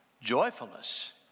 Joyfulness